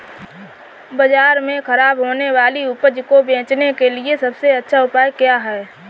बाजार में खराब होने वाली उपज को बेचने के लिए सबसे अच्छा उपाय क्या हैं?